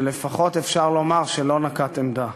שלפחות אפשר לומר שלא נקט עמדה,